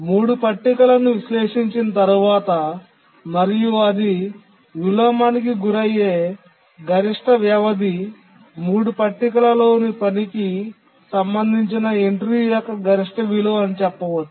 3 పట్టికలను విశ్లేషించిన తరువాత మరియు అది విలోమానికి గురయ్యే గరిష్ట వ్యవధి 3 పట్టికలలోని పనికి సంబంధించిన ఎంట్రీ యొక్క గరిష్ట విలువ అని చెప్పవచ్చు